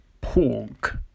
Pork